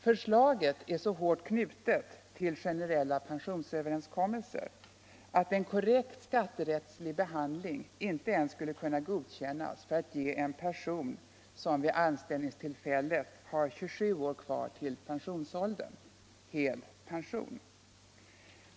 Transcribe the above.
Förslaget är så hårt knutet till generella pensionsöverenskommelser att man vid en korrekt skatterättslig behandling inte ens skulle kunna godkänna att en person som vid anställningstillfället har 27 år kvar till pensionsåldern får hel pension.